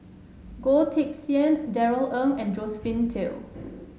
Goh Teck Sian Darrell Ang and Josephine Teo